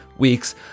Weeks